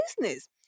business